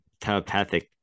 telepathic